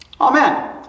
Amen